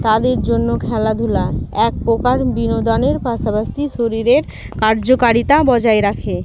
তাদের জন্য খেলাধূলা একপ্রকার বিনোদনের পাশাপাশি শরীরের কার্যকারিতা বজায় রাখে